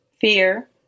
fear